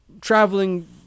traveling